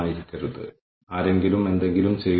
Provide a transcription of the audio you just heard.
പിന്നെ അവരുടെ ബാധ്യത എന്താണെന്ന് നമ്മൾ വിലയിരുത്തുന്നു